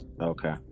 Okay